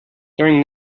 during